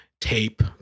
tape